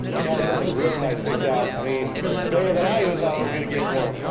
i got on something real nice picked out i mean better than i even thought i was gonna get for him.